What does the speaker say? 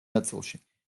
ნაწილში